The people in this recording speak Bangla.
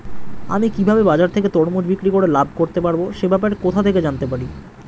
আমি কিভাবে বাজার থেকে তরমুজ বিক্রি করে লাভ করতে পারব সে ব্যাপারে কোথা থেকে জানতে পারি?